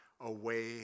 Away